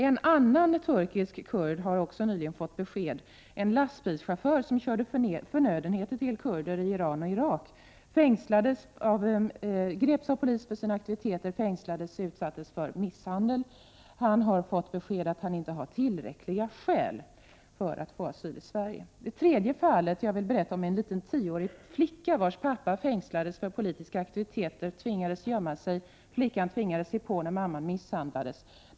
En annan turkisk kurd har också nyligen fått besked, en lastbilschaufför som körde förnödenheter till kurder i Iran och Irak och som greps av polisen för sina aktiviteter och fängslades. Han har också utsatts för misshandel. Även han har fått besked om att han inte har tillräckliga skäl för att få asyli Sverige. I det sista fallet som jag vill berätta om handlar det om en liten tioårig flicka, vars pappa har fängslats för sina politiska aktiviteter. Flickan tvingades gömma sig. Hon tvingades också se på när mamman misshandlades.